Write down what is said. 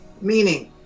Meaning